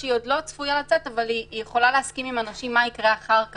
שהיא עוד לא צפויה לצאת אבל היא יכולה להסכים עם הנושים מה יקרה אחר כך.